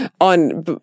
On